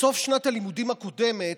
בסוף שנת הלימודים הקודמת,